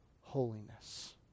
holiness